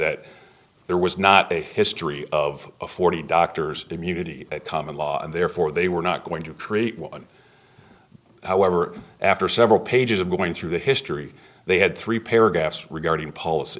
that there was not a history of a forty doctors immunity at common law and therefore they were not going to create one however after several pages of going through the history they had three paragraphs regarding policy